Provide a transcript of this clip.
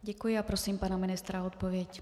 Děkuji a prosím pana ministra o odpověď.